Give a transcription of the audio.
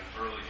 early